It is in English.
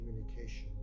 communication